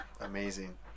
Amazing